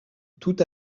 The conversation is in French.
tout